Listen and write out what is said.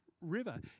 river